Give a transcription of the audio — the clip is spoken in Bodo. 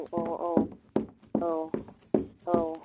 अ औ औ औ